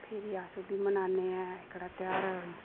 फिरी अस एह् बी मनाने ऐ एह्कड़ा ध्यार